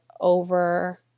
over